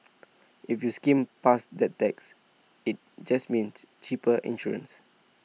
if you skimmed past that text IT just meant cheaper insurance